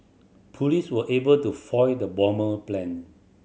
police were able to foil the bomber plan